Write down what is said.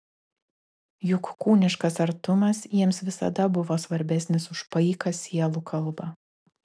juk kūniškas artumas jiems visada buvo svarbesnis už paiką sielų kalbą